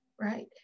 right